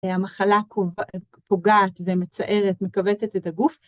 המחלה פוגעת ומצערת, מכווצת את הגוף.